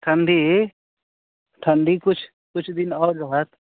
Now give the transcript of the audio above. ठण्डी ठण्डी किछु किछु दिन आओर रहत